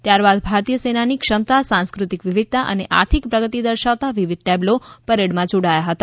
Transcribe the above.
ત્યારબાદ ભારતીય સેનાની ક્ષમતા સાંસ્કૃતિક વિવિધતા અને આર્થિક પ્રગતિ દર્શાવતા વિવિધ ટેબ્લો પરેડમાં જોડાયા હતા